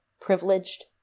privileged